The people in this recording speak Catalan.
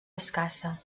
escassa